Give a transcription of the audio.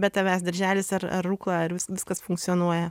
be tavęs darželis ar ar rukla ar viskas funkcionuoja